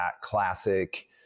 classic